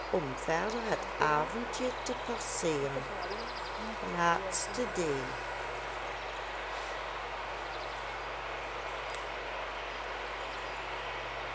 om verder het avondje te passeeren